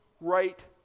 right